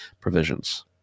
provisions